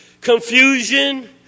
confusion